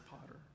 Potter